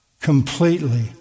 completely